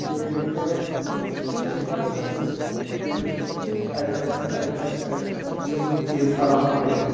تہٕ بیٚیہِ ؤنۍ تو اَسِہ تُہۍ ہیٚکِوا سٲنِس دِمتِس اٮ۪ڈرَ اٮ۪ڈرَسَس پٮ۪ٹھ یِم چیٖز فَراہم کٔرِتھ